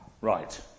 Right